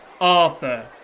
Arthur